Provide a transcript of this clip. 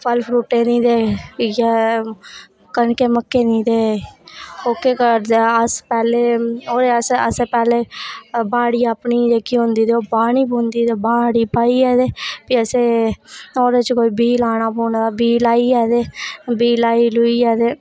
फल फरूटै दी ते इ'यै कनकै दी मक्कै दी ते ओह्के घर जां अस पैह्ले होआ असें पैह्लें बाड़ी अपनी जेह्की होंदी ते ओह् बाह्नी पौंदी ते बाड़ी बाहियै प्ही ओह्दे च कोई बीऽ लाना पौना बीऽ लाइयै ते बीऽ लाई लूइयै ते